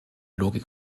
logik